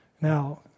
Now